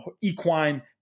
equine